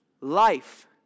life